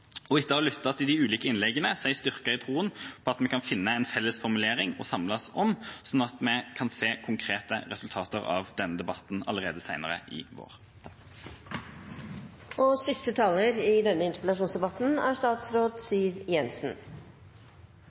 måneder. Etter å ha lyttet til de ulike innleggene er jeg styrket i troen på at vi kan finne en felles formulering å samles om, slik at vi kan se konkrete resultater av denne debatten allerede senere i